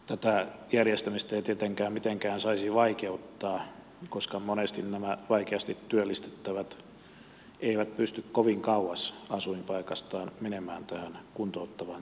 tätä järjestämistä ei tietenkään mitenkään saisi vaikeuttaa koska monesti nämä vaikeasti työllistettävät eivät pysty kovin kauas asuinpaikastaan menemään tähän kuntouttavaan työtoimintaan